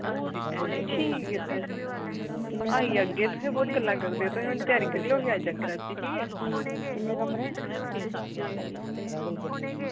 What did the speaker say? आं जी भैन जी ठीक ऐ भैन जी आह्गे तुसां बहुत गल्लां करदे ते अंऊ जाह्गी रातीं ठीक ऐ